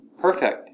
perfect